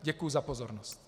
Děkuji za pozornost.